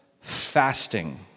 fasting